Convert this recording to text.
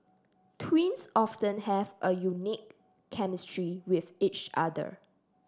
twins often have a unique chemistry with each other